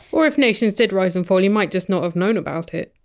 or if nations did rise and fall, you might just not have known about it.